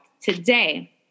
today